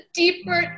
deeper